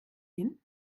hin